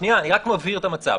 אני רק מבהיר את המצב.